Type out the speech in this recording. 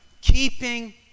keeping